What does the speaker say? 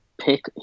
pick